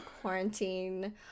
quarantine